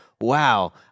wow